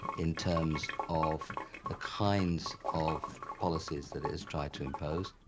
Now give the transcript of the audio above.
in terms of the kinds of policies that it has tried to impose.